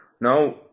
Now